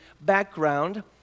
background